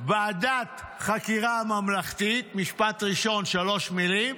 "ועדת חקירה ממלכתית" משפט ראשון, שלוש מילים,